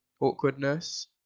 awkwardness